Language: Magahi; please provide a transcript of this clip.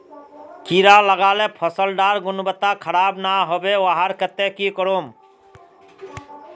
कीड़ा लगाले फसल डार गुणवत्ता खराब ना होबे वहार केते की करूम?